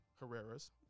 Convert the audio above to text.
Herrera's